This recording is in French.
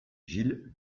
gilles